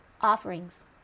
offerings